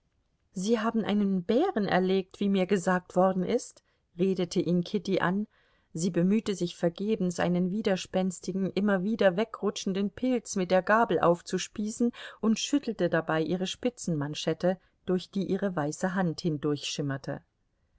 sie haben einen bären erlegt wie mir gesagt worden ist redete ihn kitty an sie bemühte sich vergebens einen widerspenstigen immer wieder wegrutschenden pilz mit der gabel aufzuspießen und schüttelte dabei ihre spitzenmanschette durch die ihre weiße hand